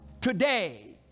today